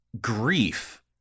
grief